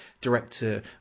director